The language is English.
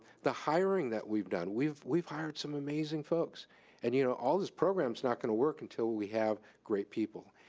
the hiring that we've done. we've we've hired some amazing folks and you know all these programs not gonna work, until we have great people,